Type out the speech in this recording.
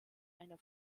einer